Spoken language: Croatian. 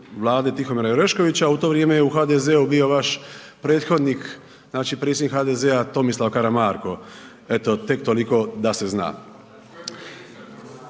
hvala vam